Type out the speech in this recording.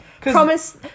Promise